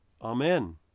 amen